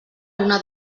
una